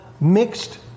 mixed